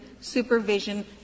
supervision